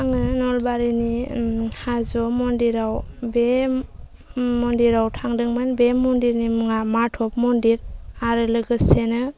आङो नलबारिनि हाज' मन्दिराव बे मन्दिराव थांदोंमोन बे मन्दिरनि मुङा माधब मन्दिर आरो लोगोसेनो